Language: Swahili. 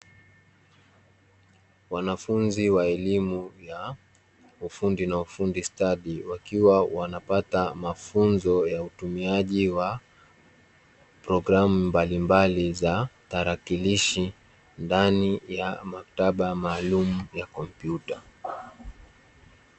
Wanafunzi wa elimu ya ufundi na ufundi stadi, wakiwa wanapata mafunzo ya utumiaji wa programu mbalimbali za tarakilishi, ndani ya maktaba maalumu ya kompyuta.